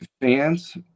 fans